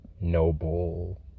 noble